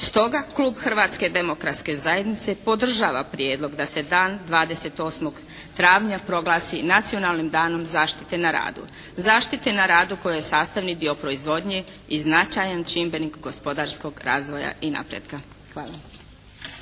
Stoga klub Hrvatske demokratske zajednice podržava prijedlog da se Dan 28. travnja proglasi Nacionalnim danom zaštite na radu. Zaštite na radu koja je sastavni dio proizvodnje i značajan čimbenik gospodarskog razvoja i napretka. Hvala.